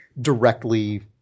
directly